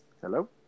Hello